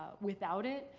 without it.